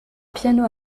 piano